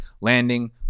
landing